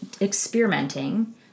experimenting